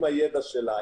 עם הידע שלה,